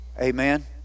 Amen